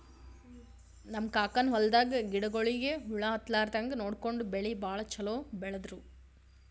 ನಮ್ ಕಾಕನ್ ಹೊಲದಾಗ ಗಿಡಗೋಳಿಗಿ ಹುಳ ಹತ್ತಲಾರದಂಗ್ ನೋಡ್ಕೊಂಡು ಬೆಳಿ ಭಾಳ್ ಛಲೋ ಬೆಳದ್ರು